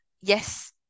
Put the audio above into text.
yes